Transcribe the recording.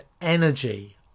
energy